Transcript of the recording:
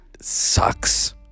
sucks